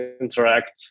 interact